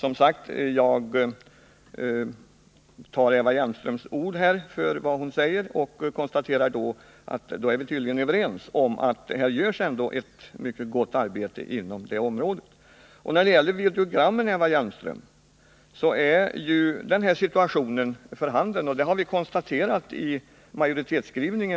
Jag tar nu Eva Hjelmström på orden och konstaterar att vi då tydligen är överens om att här görs ett mycket gott arbete på filmområdet. När det gäller videogrammen, Eva Hjelmström, så är ju den situation för handen som vi redovisat i utskottets majoritetsskrivning.